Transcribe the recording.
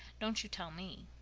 don't you tell me!